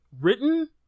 written